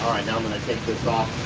now i'm gonna take this off.